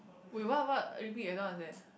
wait what what er repeat I don't understand